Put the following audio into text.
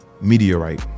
meteorite